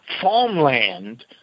farmland